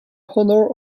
honor